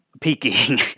peaking